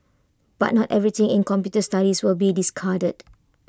but not everything in computer studies will be discarded